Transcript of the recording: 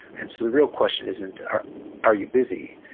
and so, the real question isn't are are you busy,